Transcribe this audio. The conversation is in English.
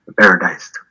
paradise